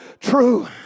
True